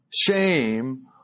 Shame